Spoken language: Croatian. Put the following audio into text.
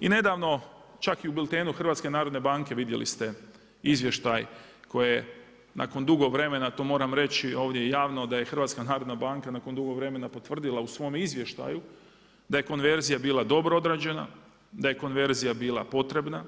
I nedavno, čak i u biltenu HNB-a, vidjeli ste izvještaj koji nakon dugo vremena, to moram reći ovdje javno, da je HNB nakon dugo vremena potvrdila u svom izvještaju da je konverzija bila dobro odrađena, da je konverzija bila potrebna,